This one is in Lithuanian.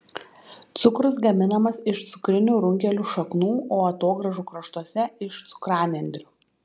cukrus gaminamas iš cukrinių runkelių šaknų o atogrąžų kraštuose iš cukranendrių